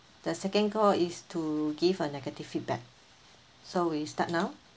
the second call is to give a negative feedback so we start now